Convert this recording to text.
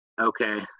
okay